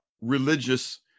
religious